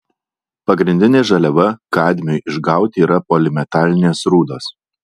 pagrindinė žaliava kadmiui išgauti yra polimetalinės rūdos